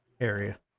area